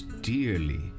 dearly